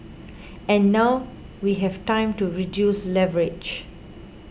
and now we have time to reduce leverage